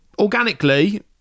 Organically